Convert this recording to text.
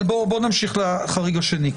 אבל נמשיך לחריג השני.